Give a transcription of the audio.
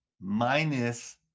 minus